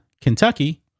Kentucky